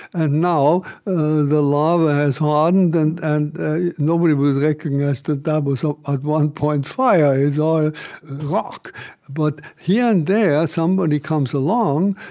and now the lava has hardened, and and nobody would recognize that that was at ah ah one point fire. it's all rock but here and there, somebody comes along,